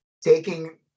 taking